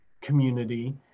community